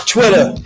Twitter